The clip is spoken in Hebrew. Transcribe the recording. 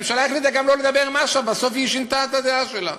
הממשלה החליטה גם לא לדבר עם אש"ף ובסוף היא שינתה את הדעה שלה.